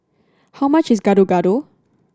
how much is Gado Gado